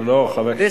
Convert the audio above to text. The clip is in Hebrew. לא, חבר הכנסת.